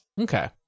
Okay